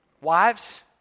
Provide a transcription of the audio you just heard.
Wives